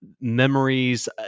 memories